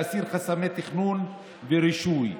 להסיר חסמי תכנון ורישוי,